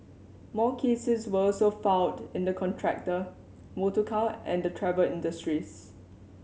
more cases were also filed in the contractor motorcar and the travel industries